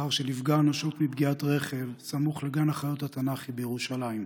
לאחר שנפגע אנושות מפגיעת רכב סמוך לגן החיות התנ"כי בירושלים,